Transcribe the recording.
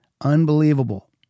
unbelievable